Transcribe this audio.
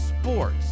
sports